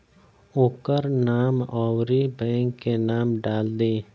ओकर नाम अउरी बैंक के नाम डाल दीं